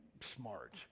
smart